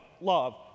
love